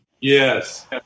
yes